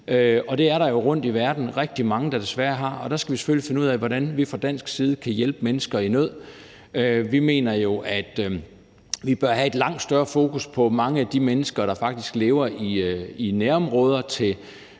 og det er der jo rundt i verden rigtig mange der desværre har, og der skal vi selvfølgelig finde ud af, hvordan vi fra dansk side kan hjælpe mennesker i nød. Vi mener jo, at vi bør have et langt større fokus på mange af de mennesker, der faktisk lever i nærområder til